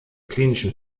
klinischen